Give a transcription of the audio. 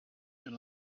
and